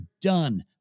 done